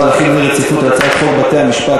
להחיל דין רציפות על הצעת חוק סמכויות לשם שמירה על ביטחון